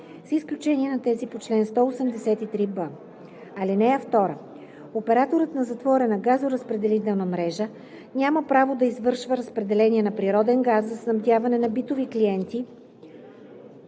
с изключение на тези по чл. 183б. (2) Операторът на затворена газоразпределителна мрежа няма право да извършва разпределение на природен газ за снабдяване на битови клиенти,